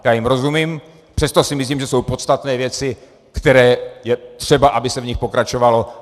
Já jim rozumím, přesto si myslím, že jsou podstatné věci, které je třeba, aby se v nich pokračovalo.